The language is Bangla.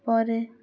পরে